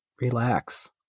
Relax